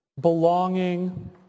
belonging